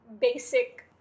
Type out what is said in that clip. basic